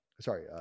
sorry